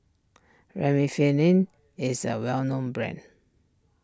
Remifemin is a well known brand